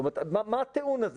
מה הטיעון הזה?